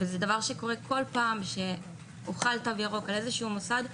וזה דבר שקורה כל פעם שמוחל תו ירוק על איזשהו מוסד,